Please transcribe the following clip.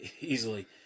easily